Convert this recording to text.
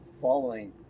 following